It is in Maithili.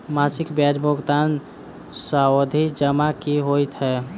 मासिक ब्याज भुगतान सावधि जमा की होइ है?